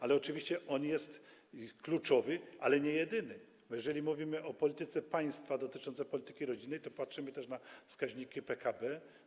Ale oczywiście on jest kluczowy, ale nie jedyny, bo jeżeli mówimy o polityce państwa dotyczącej polityki rodzinnej, to patrzymy też na wskaźniki PKB.